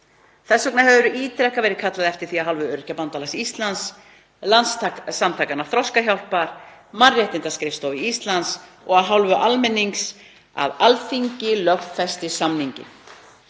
Þess vegna hefur ítrekað verið kallað eftir því af hálfu Öryrkjabandalags Íslands, Landssamtakanna Þroskahjálpar, Mannréttindaskrifstofu Íslands og af hálfu almennings að Alþingi lögfesti samninginn.